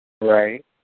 Right